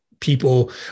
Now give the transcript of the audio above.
People